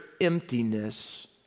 emptiness